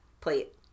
plate